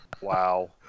wow